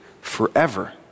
forever